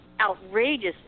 outrageous